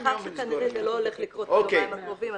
מאחר שכנראה זה לא הולך לקרות ביומיים הקרובים,